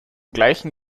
gleichen